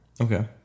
Okay